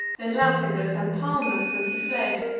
then latagus, and palmus as he fled.